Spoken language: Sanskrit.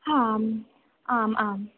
हाम् आम् आम्